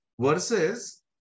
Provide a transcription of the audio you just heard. Versus